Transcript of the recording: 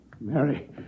Mary